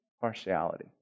partiality